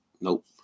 Nope